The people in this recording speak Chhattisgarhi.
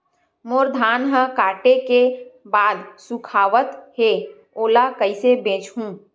मोर धान ह काटे के बाद सुखावत हे ओला कइसे बेचहु?